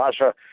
Russia